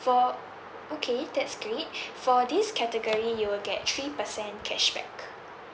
for okay that's great for this category you will get three percent cashback